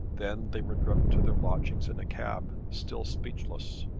then they were driven to their lodgings in a cab, still speechless.